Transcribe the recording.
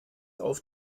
auf